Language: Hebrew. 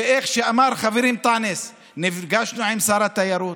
וכמו שאמר חברי אנטאנס, נפגשנו עם שר התיירות,